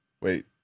wait